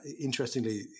interestingly